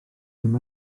ddim